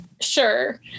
sure